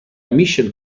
michel